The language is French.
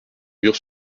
murs